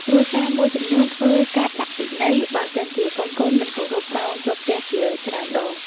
គ្រួសារមួយចំនួនធ្វើ “ការដាក់ពិន័យ” បើសិនជាកូនៗមិនគោរពម៉ោងចូលផ្ទះជាច្រើនដង។